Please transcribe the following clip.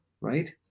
Right